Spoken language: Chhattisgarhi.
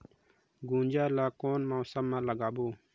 गुनजा ला कोन मौसम मा लगाबो?